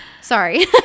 Sorry